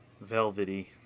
velvety